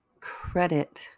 credit